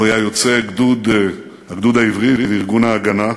הוא היה יוצא הגדוד העברי וארגון "ההגנה",